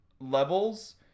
levels